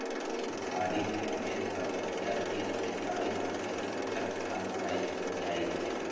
सुखाड़ि सँ खेतक उपजा तीस सँ चालीस प्रतिशत तक कम भए जाइ छै